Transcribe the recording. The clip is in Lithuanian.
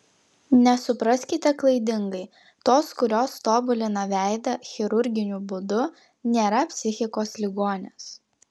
nesupraskite klaidingai tos kurios tobulina veidą chirurginiu būdu nėra psichikos ligonės